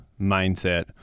mindset